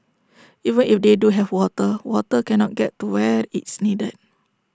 even if they do have water water cannot get to where it's needed